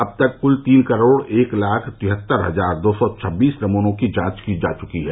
अब तक कुल तीन करोड़ एक लाख तिहत्तर हजार दो सौ छब्बीस नमूनों की जांच की जा चुकी है